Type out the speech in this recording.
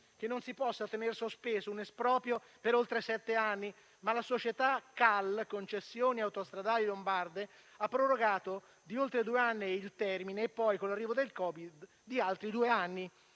che non si possa tenere sospeso un esproprio per oltre sette anni. Ma la società Concessioni autostradali lombarde (CAL) ha prorogato di oltre due anni il termine, e poi, con l'arrivo del Covid, di altri due anni: